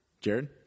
Jared